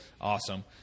Awesome